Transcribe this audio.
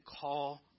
call